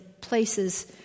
places